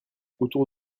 autour